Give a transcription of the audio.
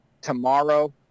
Tomorrow